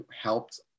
helped